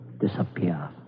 disappear